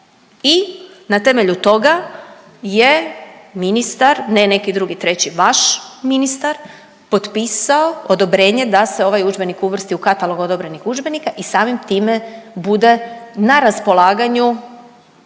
i na temelju toga je ministar, ne neki drugi, treći vaš ministar potpisao odobrenje da se ovaj udžbenik uvrsti u katalog odobrenih udžbenika i samim time bude na raspolaganju